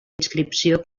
inscripció